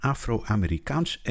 Afro-Amerikaans